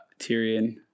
Tyrion